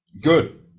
good